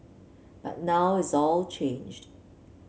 but now it's all changed